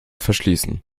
verschließen